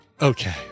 Okay